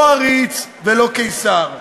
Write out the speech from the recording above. לא עריץ ולא קיסר.